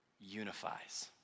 unifies